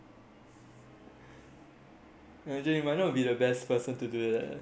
elijah you might not be the best person to do that our audio might overlap